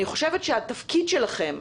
התפקיד שלכם,